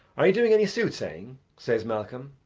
are you doing any soothsaying? says malcolm.